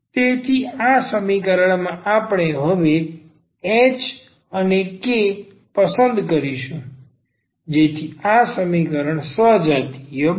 તેથી આ સમીકરણમાં આપણે હવે આ h અને k પસંદ કરીશું જેથી આ સમીકરણ સજાતીય બને